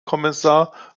kommissar